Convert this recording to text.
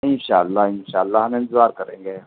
ان شاء اللہ ان شاء اللہ ہم انتظار کریں گے